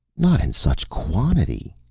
not in such quantity!